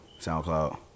SoundCloud